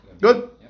Good